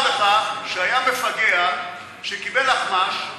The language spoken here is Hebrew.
והוא אמר לך שהיה מפגע שקיבל אחמ"ש,